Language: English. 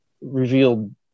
revealed